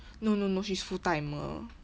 no no no she's full timer